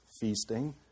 feasting